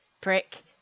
prick